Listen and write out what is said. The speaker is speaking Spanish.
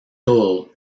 todo